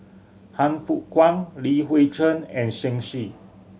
Han Fook Kwang Li Hui Cheng and Shen Xi